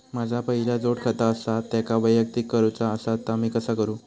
माझा पहिला जोडखाता आसा त्याका वैयक्तिक करूचा असा ता मी कसा करू?